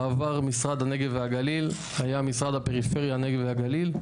בעבר משרד הנגב והגליל היה משרד הפריפריה הנגב והגליל,